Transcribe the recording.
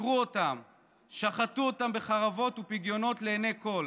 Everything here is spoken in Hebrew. דקרו ושחטו אותם בחרבות ופגיונות לעיני כול